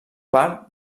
part